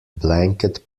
blanket